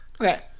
Okay